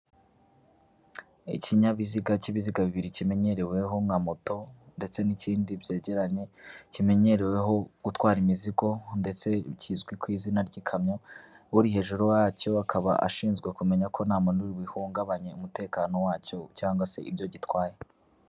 Ikinyabiziga k'ibiziga bibiri kimenyereweho nka moto ndetse n'ikindi byegeranye kimenyereweho gutwara imizigo ndetse kizwi ku izina ry'ikamyo, uri hejuru yacyo akaba ashinzwe kumenya ko nta muntu uri buhungabanye umutekano wacyo cyangwa se ibyo gitwaye.